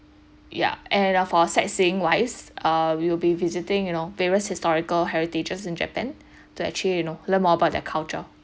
ya and err for sightseeing wise uh we will be visiting you know various historical heritages in japan to actually you know learn more about their culture